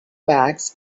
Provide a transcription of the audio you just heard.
bags